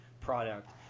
product